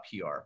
PR